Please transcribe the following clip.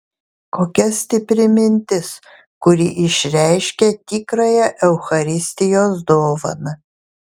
kokia stipri mintis kuri išreiškia tikrąją eucharistijos dovaną